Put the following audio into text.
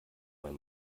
weil